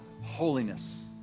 holiness